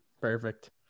Perfect